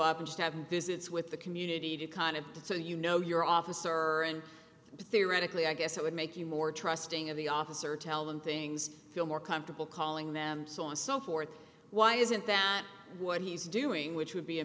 up just have visits with the community to kind of get so you know your officer and theoretically i guess it would make you more trusting of the officer tell them things feel more comfortable calling them so and so forth why isn't that what he's doing which would be a